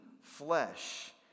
flesh